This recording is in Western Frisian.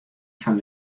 fan